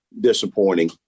disappointing